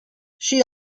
she